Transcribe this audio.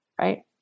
Right